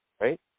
right